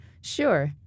Sure